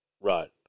Right